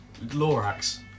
Lorax